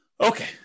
okay